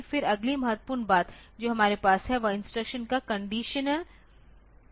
फिर अगली महत्वपूर्ण बात जो हमारे पास है वह इंस्ट्रक्शंस का कंडीशनल एक्सेक्यूशन है